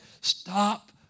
stop